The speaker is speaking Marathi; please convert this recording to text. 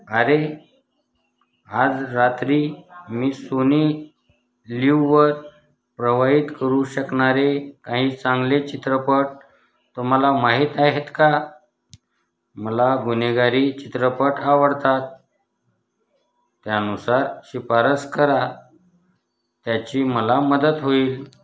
अरे आज रात्री मी सोनी लिववर प्रवाहित करू शकणारे काही चांगले चित्रपट तुम्हाला माहीत आहेत का मला गुन्हेगारी चित्रपट आवडतात त्यानुसार शिफारस करा त्याची मला मदत होईल